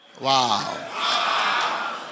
Wow